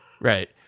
Right